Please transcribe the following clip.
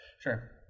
sure